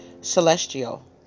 celestial